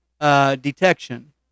detection